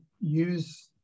use